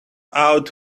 out